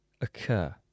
occur